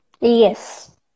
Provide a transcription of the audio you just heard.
Yes